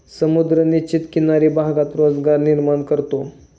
समुद्र निश्चित किनारी भागात रोजगार निर्माण करतो